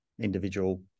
individual